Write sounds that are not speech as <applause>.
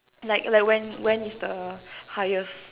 like like when when is the highest <laughs>